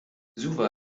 suva